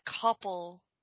couple